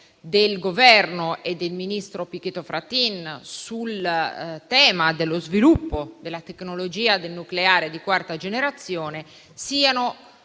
del Governo e del ministro Pichetto Fratin sul tema dello sviluppo della tecnologia del nucleare di quarta generazione siano